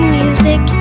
music